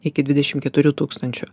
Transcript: iki dvidešim keturių tūkstančių